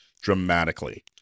dramatically